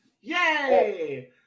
Yay